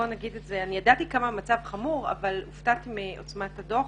ידעתי כמה המצב חמור, אבל הופתעתי מעוצמת הדוח.